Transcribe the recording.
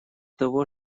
того